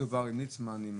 ליצמן.